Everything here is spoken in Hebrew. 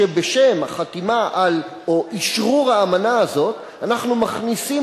שבשם החתימה או אשרור האמנה הזאת אנחנו מכניסים